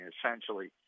Essentially